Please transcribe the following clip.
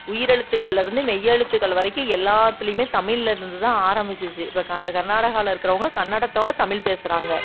உயிர் எழுத்துக்கள்லேருந்து மெய் எழுத்து வரைக்கும் எல்லாத்துலையுமே தமிழ்லேருந்து தான் ஆரம்பிச்சிச்சு இப்போ க கர்நாடகாவில் இருக்கிறவங்க கன்னடத்தோடு தமிழ் பேசுகிறாங்க